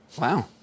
Wow